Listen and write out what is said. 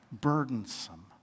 burdensome